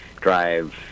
drive